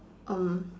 um